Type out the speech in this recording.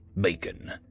bacon